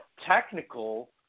technical